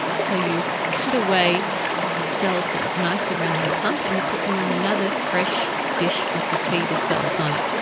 so you cut away the cells that look nice and round and plump and you put them on another fresh dish with the feeder cells on it.